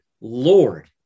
Lord